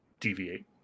deviate